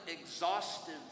exhaustive